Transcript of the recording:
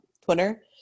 Twitter